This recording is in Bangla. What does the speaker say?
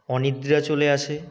অনিদ্রা চলে আসে